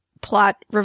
plot